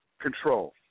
control